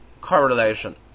correlation